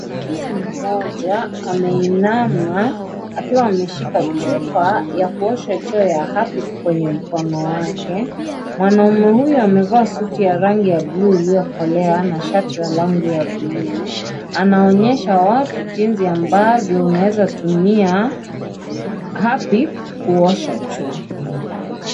Mwanaume mmoja ameinama akiwa ameshika chupa ya kuosha choo ya Harpic kwenye mkono wake . Mwanaume huyo amevaa suti ya rangi ya bluu iliyokolea na shati la rangi ya bluu anaonyesha watu jinsi ambavyo unaweza tumia Harpic kuosha choo.